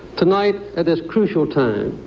tonight at this crucial time,